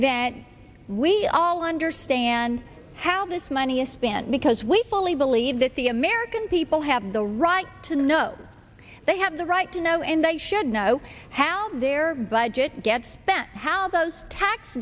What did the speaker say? event we all understand how this money is spent because we fully believe that the american people have the right to know they have the right to know and they should know how their budget gets spent how those tax